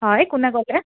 হয় কোনে ক'লে